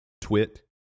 Twit